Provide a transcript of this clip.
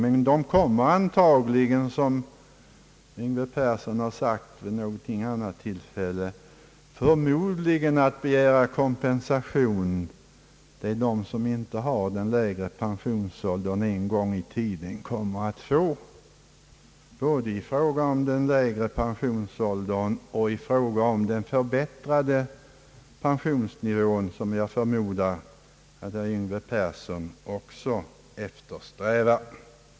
De kommer emellertid, som herr Yngve Persson sagt vid något annat tillfälle, förmodligen att begära kompensation för vad de som nu inte har den lägre pensionsåldern en gång i tiden kommer att få både i fråga om lägre pensionsålder och i fråga om en förbättrad pensionsnivå, vilket jag förmodar att herr Yngve Persson också eftersträvar.